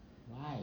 why